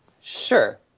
Sure